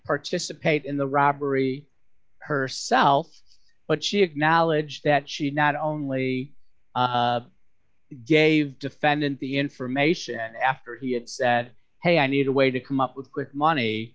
participate in the robbery herself but she acknowledged that she not only gave defendant the information after he had said hey i need a way to come up with quick money